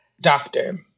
doctor